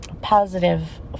Positive